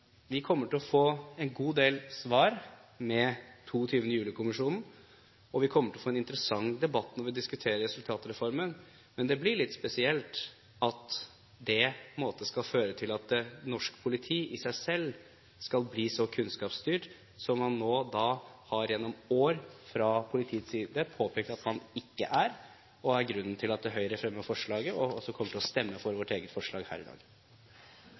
Vi kommer til å få en god del svar med 22. juli-kommisjonen, og vi kommer til å få en interessant debatt når vi diskuterer resultatreformen. Men det blir litt spesielt at det på en måte skal føre til at norsk politi i seg selv skal bli så kunnskapsstyrt som man nå gjennom år fra politiets side har påpekt at man ikke er, og som er grunnen til at Høyre fremmer forslaget, og også kommer til å stemme for sitt eget forslag her i dag.